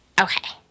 Okay